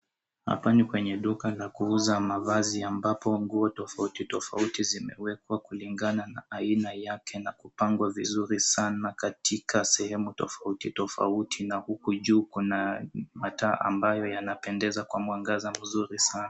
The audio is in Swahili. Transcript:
Hapa ni kwenye duka la kuuza mavazi ambapo nguo tofauti tofauti zimewekwa kulingana na aina yake na kupangwa vizuri sana katikaka sehemu tofauti tofauti na huku juu kuna mataa ambayo yanapendeza kwa mwangaza mzuri sana.